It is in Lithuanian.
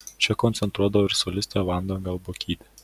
čia koncertuodavo ir solistė vanda galbuogytė